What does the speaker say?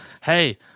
Hey